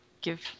give